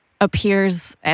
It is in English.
appears